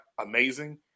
amazing